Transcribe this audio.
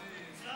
נמצא.